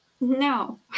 no